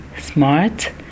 smart